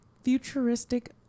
futuristic